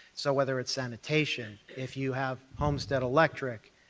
so whether it's sanitation, if you have homestead electric,